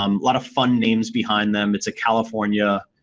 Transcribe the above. um lot of fun names behind them. it's a california